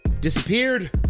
disappeared